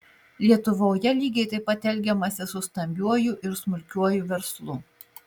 lietuvoje lygiai taip pat elgiamasi su stambiuoju ir smulkiuoju verslu